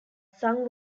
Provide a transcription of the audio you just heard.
sung